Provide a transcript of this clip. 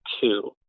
two